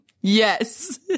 Yes